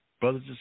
Brothers